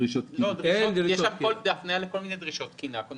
יש שם הפניה לכל מיני דרישות תקינה.